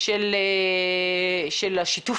חוליית המניעה מונה שבעה קציני מניעה והסברה מחוזיים